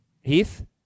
Heath